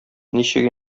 ничек